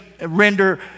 render